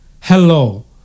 hello